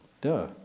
Duh